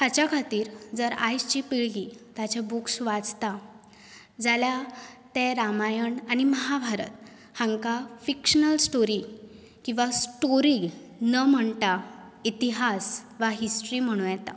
हाच्या खातीर जर आयजची पिळगी ताचे बुक्स वाचता जाल्यार तें रामायण आनी महाभारत हांकां फिकश्नल स्टोरी किंवा स्टोरी न म्हणटा इतिहास वा हिस्ट्री म्हणूं येता